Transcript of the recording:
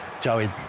Joey